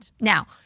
Now